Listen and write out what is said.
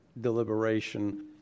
deliberation